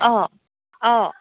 অঁ অঁ